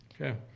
Okay